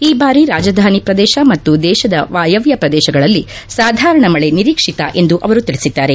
ಈ ಬಾರಿ ರಾಜಧಾನಿ ಪ್ರದೇಶ ಮತ್ತು ದೇಶದೆ ವಾಯವ್ಯ ಪ್ರದೇಶಗಳಲ್ಲಿ ಸಾಧಾರಣ ಮಳೆ ನಿರೀಕ್ಷಿತ ಎಂದು ಅವರು ತಿಳಿಸಿದ್ದಾರೆ